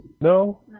No